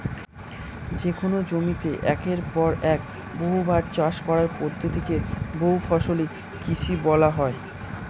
যেকোন জমিতে একের পর এক বহুবার চাষ করার পদ্ধতি কে বহুফসলি কৃষি বলা হয়